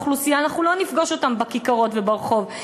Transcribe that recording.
אנחנו לא נפגוש אותן בכיכרות וברחובות,